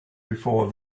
before